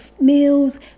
meals